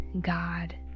God